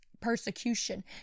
persecution